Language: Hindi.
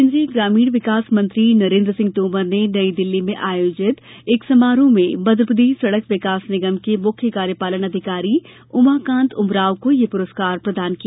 केन्द्रीय ग्रामीण विकास मंत्री नरेन्द्र सिंह तोमर ने नई दिल्ली में आयोजित एक समारोह में मध्यप्रदेश सड़क विकास निगम के मुख्य कार्यपालन अधिकारी उमाकांत उमराव को यह पुरस्कार प्रदान किया